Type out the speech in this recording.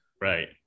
Right